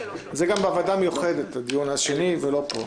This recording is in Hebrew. זה גם בוועדה המיוחדת, הדיון השני, ולא פה.